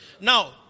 Now